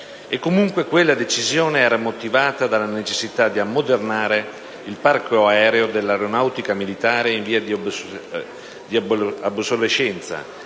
Comunque, quella decisione era motivata dalla necessità di ammodernare il parco aereo dell'Aeronautica militare in via di obsolescenza